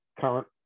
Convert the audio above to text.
current